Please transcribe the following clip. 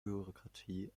bürokratie